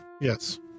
Yes